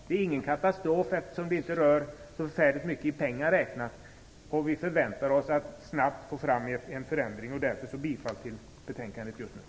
Det är ingen katastrof eftersom det inte rör så förfärligt mycket i pengar räknat, och vi förväntar oss att man snabbt får fram en förändring. Därför yrkar jag bifall till hemställan i betänkandet just nu.